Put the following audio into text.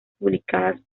publicadas